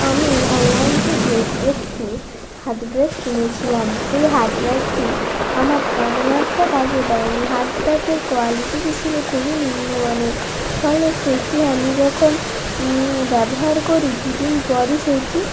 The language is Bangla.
আমি অনলাইন থেকে একটি হাত ব্যাগ কিনেছিলাম সেই হাত ব্যাগটি আমার তেমন একটা কাজে দেয়নি হাত ব্যাগের কোয়ালিটিটি ছিল খুবই নিম্নমানের ফলে সেটি আমি যখন ব্যবহার করি দু দিন পরই সেটি